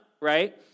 right